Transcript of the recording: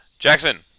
Jackson